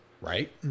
Right